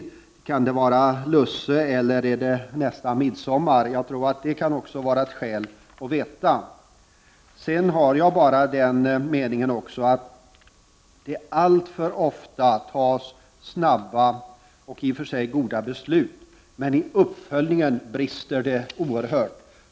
Skall det ske vid Lucia eller vid midsommartiden nästa år? Det vore värdefullt att få besked på den punkten. Jag har vidare den meningen att det visserligen ofta tas snabba och i och för sig goda beslut, men att det i uppföljningen kan brista oerhört.